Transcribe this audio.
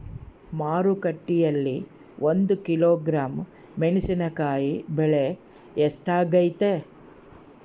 ಮಾರುಕಟ್ಟೆನಲ್ಲಿ ಒಂದು ಕಿಲೋಗ್ರಾಂ ಮೆಣಸಿನಕಾಯಿ ಬೆಲೆ ಎಷ್ಟಾಗೈತೆ?